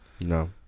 No